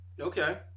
Okay